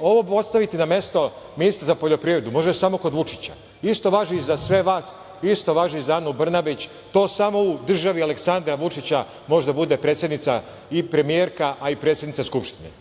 Ovo postaviti na mesto ministra za poljoprivredu, može samo kod Vučića. Isto važi i za sve vas, isto važi i za Anu Brnabić. To samo u državi Aleksandra Vučića može da bude predsednica i premijerka, a i predsednica Skupštine.